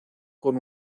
con